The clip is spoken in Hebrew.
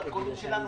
הדרכונים שלנו